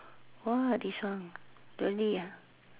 !wah! this one really ah